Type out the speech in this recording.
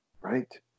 right